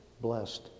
blessed